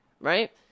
right